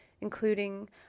including